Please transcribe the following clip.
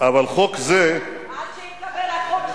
אבל חוק זה, עד שיתקבל החוק,